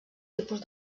tipus